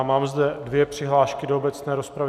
Mám zde dvě přihlášky do obecné rozpravy.